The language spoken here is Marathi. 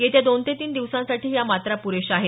येत्या दोन ते तीन दिवसांसाठी या मात्रा प्रेशा आहेत